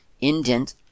indent